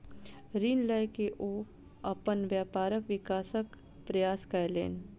ऋण लय के ओ अपन व्यापारक विकासक प्रयास कयलैन